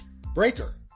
Breaker